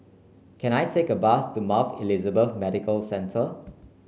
can I take a bus to Mount Elizabeth Medical Centre